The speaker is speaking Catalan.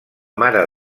mare